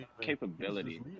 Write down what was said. capability